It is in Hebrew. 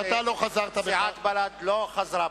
שסיעת בל"ד לא חזרה בה.